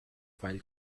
file